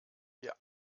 wir